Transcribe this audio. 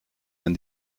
wenn